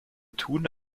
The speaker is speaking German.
tun